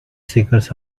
seekers